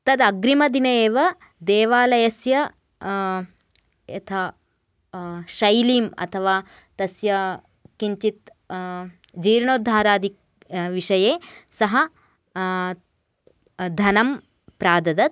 तदग्रीमदिने एव देवालयस्य यथा शैलीम् अथवा तस्य किञ्चित् जीर्णोद्धारादि विषये सः धनं प्राददत्